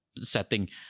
setting